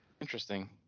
Interesting